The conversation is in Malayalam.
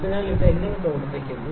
അതിനാൽ ഇത് എങ്ങനെ പ്രവർത്തിക്കുന്നു